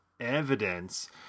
evidence